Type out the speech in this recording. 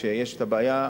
כשיש בעיה,